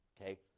Okay